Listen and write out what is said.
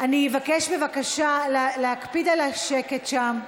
אני אבקש בבקשה להקפיד על השקט שם.